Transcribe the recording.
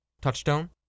Touchstone